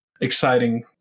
exciting